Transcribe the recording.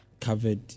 covered